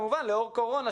כמובן לאור קורונה,